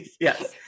Yes